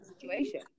situation